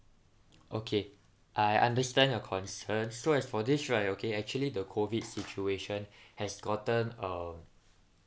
okay I understand your concern so as for this right okay actually the COVID situation has gotten um